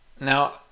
Now